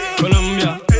Colombia